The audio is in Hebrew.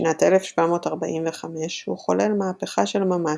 בשנת 1745 הוא חולל מהפכה של ממש,